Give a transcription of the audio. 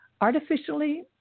artificially